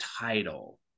title